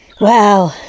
Wow